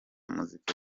muzika